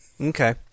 Okay